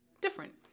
different